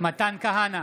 מתן כהנא,